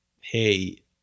hey